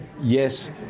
yes